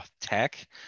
tech